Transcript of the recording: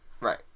Right